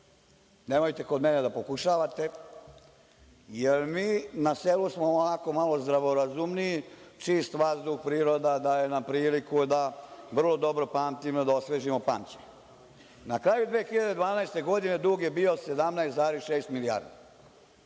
nemojte kod mene da pokušavate, jer mi na selu smo malo zdravo razumniji, čist vazduh, priroda daje nam priliku da vrlo dobro pamtimo, da osvežimo pamćenje. Na kraju 2012. godine dug je bio 17,6 milijardi.